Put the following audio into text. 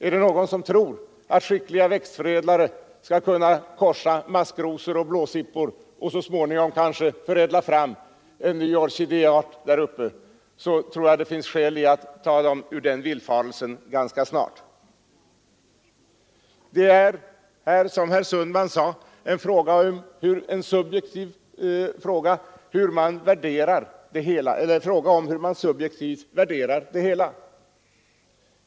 Är det någon som tror att skickliga växtförädlare skall kunna korsa maskrosor och blåsippor och så småningom få fram en ny orkidéart tror jag det finns skäl att snabbt ta vederbörande ur den villfarelsen. Det är, som herr Sundman sade, fråga om hur man subjektivt värderar det hela.